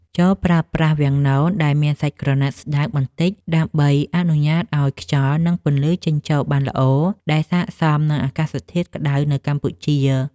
ចូរប្រើប្រាស់វាំងននដែលមានសាច់ក្រណាត់ស្ដើងបន្តិច ដើម្បីអនុញ្ញាតឱ្យខ្យល់ និងពន្លឺចេញចូលបានល្អ ដែលស័ក្តិសមនឹងអាកាសធាតុក្តៅនៅកម្ពុជា។